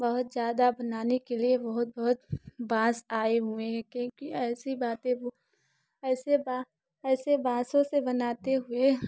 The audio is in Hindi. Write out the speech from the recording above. बहुत ज़्यादा बनाने के लिए बहुत बहुत बाँस आये हुए हैं क्योंकि ऐसी बातें ऐसे ऐसे बाँसों से बनाते हुए